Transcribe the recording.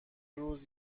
روز